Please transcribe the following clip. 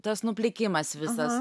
tas nuplikimas visas